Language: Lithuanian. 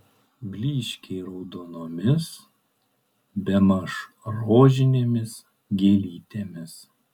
blyškiai raudonomis bemaž rožinėmis gėlytėmis